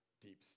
deep